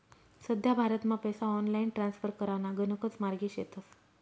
सध्या भारतमा पैसा ऑनलाईन ट्रान्स्फर कराना गणकच मार्गे शेतस